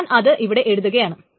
ഞാൻ അത് ഇവിടെ എഴുതുകയാണ്